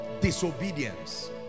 disobedience